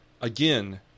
again